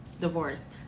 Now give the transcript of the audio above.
Divorce